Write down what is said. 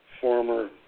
former